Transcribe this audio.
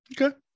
okay